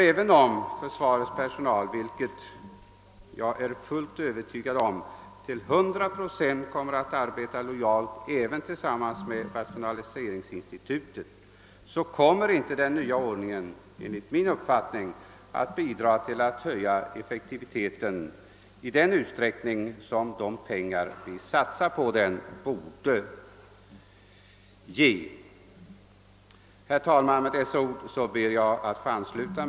även om denna — vilket jag är fullt övertygad om — till 100 procent kommer att lojalt samarbeta med rationaliseringsinstitutet, kommer den nya ordningen inte att bidra till att höja effektiviteten i den utsträckning som vi borde ha anledning att vänta för de miljoner vi satsar på det föreslagna rationaliseringsinstitutet.